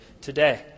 today